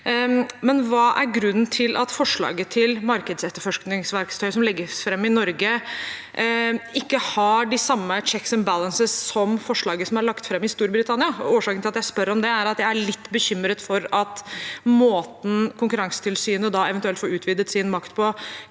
Men hva er grunnen til at forslaget til markedsetterforskningsverktøy som legges fram i Norge, ikke har de samme «checks and balances» som forslaget som er lagt fram i Storbritannia? Årsaken til at jeg spør om det, er at jeg er litt bekymret for at måten Konkurransetilsynet eventuelt får utvidet sin makt på,